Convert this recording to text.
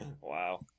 Wow